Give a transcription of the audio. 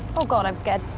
oh, god, i'm scared.